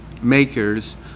makers